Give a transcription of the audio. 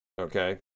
Okay